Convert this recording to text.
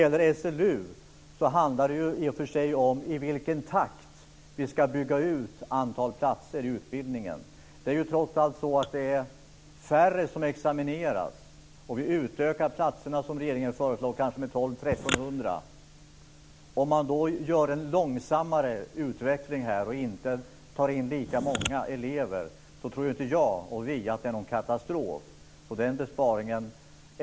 I SLU-frågan gäller det i vilken takt vi ska bygga ut antalet platser i utbildningen. Det är trots allt färre som examineras, och regeringen vill utöka antalet platser med kanske 1 200-1 300. Att minska takten i utvecklingen och inte ta in lika många elever tror vi inte skulle innebära någon katastrofal besparing.